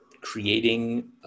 creating